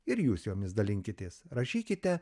ir jūs jomis dalinkitės rašykite